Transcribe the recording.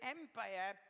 empire